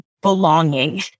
belonging